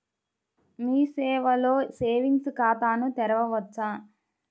మీ సేవలో సేవింగ్స్ ఖాతాను తెరవవచ్చా?